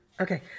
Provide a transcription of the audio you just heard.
Okay